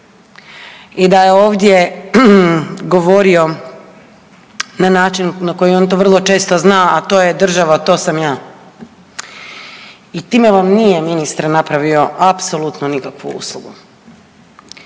i da je ovdje govorio na način na koji on to vrlo često zna a to je „država to sam ja“ i time vam ministre nije napravio apsolutno nikakvu uslugu.